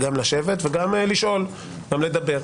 גם לשבת וגם לשאול ולדבר.